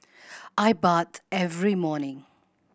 I bath every morning